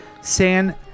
San